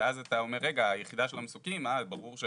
ואז אתה אומר, רגע, היחידה של המסוקים, ברור ש